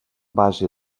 base